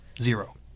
Zero